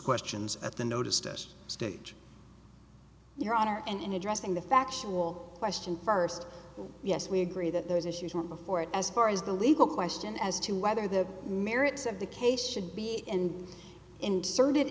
questions at the notice test stage your honor and addressing the factual question first yes we agree that those issues were before it as far as the legal question as to whether the merits of the case should be in inserted